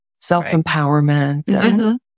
self-empowerment